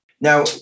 Now